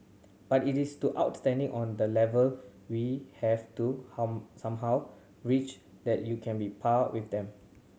but it is to outstanding on that level we have to somehow reach that you can be par with them